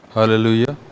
Hallelujah